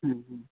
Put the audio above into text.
हूँ हूँ